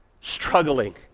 struggling